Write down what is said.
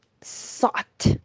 sought